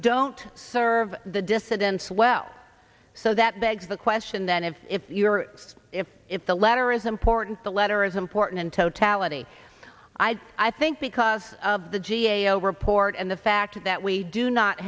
don't serve the dissidents well so that begs the question then if if you're if if the letter is important the letter is important in totality i think because of the g a o report and the fact that we do not